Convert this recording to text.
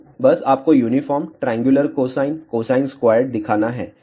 तो बस आपको uniform triangular cosine cosine squared दिखाना है